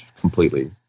completely